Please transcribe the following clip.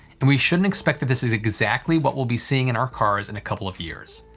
and we shouldn't expect that this is exactly what we'll be seeing in our cars in a couple of years.